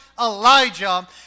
Elijah